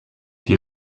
die